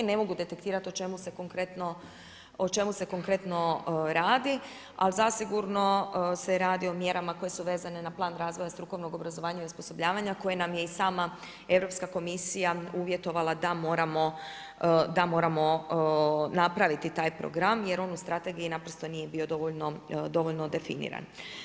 Ne mogu detektirati o čemu se konkretno radi, ali zasigurno se radi o mjerama koje su vezane na plan razvoja strukovnog obrazovanja i osposobljavanja koji nam je i sama Europska komisija uvjetovala da moramo napraviti taj program, jer on u strategiji naprosto nije bio dovoljno definiran.